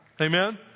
Amen